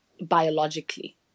biologically